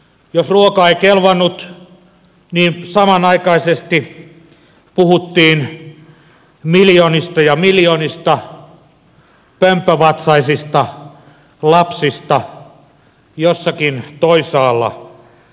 jos ruoka ei kelvannut niin samanaikaisesti puhuttiin miljoonista ja miljoonista pömppövatsaisista lapsista jossakin toisaalla maailmassa